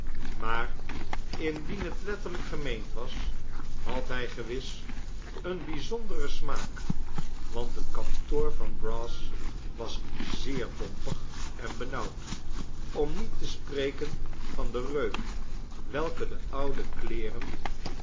maar indien het letterlijk gemeend was had hij gewis een bijzonderen smaak want het kantoor van brass was zeer dompig en benauwd om niet te spreken van den reuk welken de oude kleeren